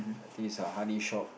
I think it's a honey shop